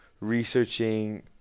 researching